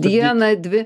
dieną dvi